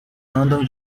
andam